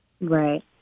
Right